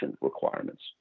requirements